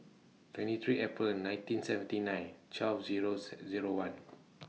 twenty three April nineteen seventy nine twelve Zero C Zero one